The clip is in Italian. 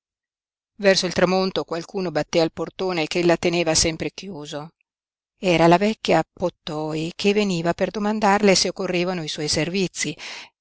verso il tramonto qualcuno batté al portone ch'ella teneva sempre chiuso era la vecchia pottoi che veniva per domandarle se occorrevano i suoi servizi